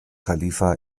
khalifa